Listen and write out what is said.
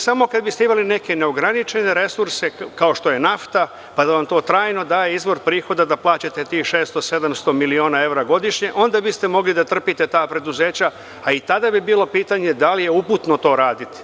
Samo kada biste imali neke neograničene resurse kao što je nafta pa da vam to trajno daje izvor prihoda da plaćate tih 600, 700 miliona evra godišnje, onda biste mogli da trpite ta preduzeća, a i tada bi bilo pitanje da li je to uputno raditi.